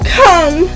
come